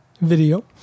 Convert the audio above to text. video